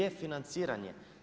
Je financiran je.